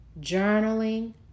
journaling